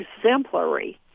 exemplary